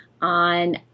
on